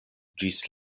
ĝis